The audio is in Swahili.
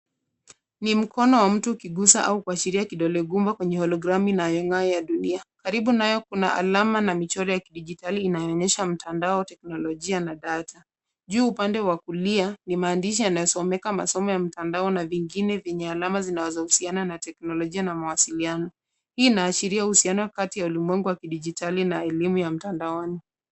Ni mkono wa mtu ukiguza au kuashiria kidole gumba kwenye hologramu inayo ngayo ya dunia. Karibu nayo kuna alama na michoro ya kidigitali inayoonyesha mtandao wa teknolojia na data . Juu upande wa kulia ni maandishi yanasomeka masomo ya mtandao na vingine vyenye alama zinazohusiana na teknolojia na mawasiliano. Hii inaashiria uhusiano kati ya ulimwengu wa kidigitali na elimu ya mtandaoni.